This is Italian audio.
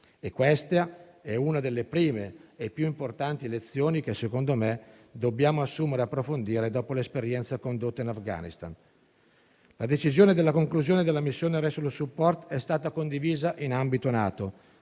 Questa è una delle prime e più importanti lezioni che, secondo me, dobbiamo assumere ed approfondire dopo l'esperienza condotta in Afghanistan. La decisione della conclusione della missione Resolution support è stata condivisa in ambito NATO,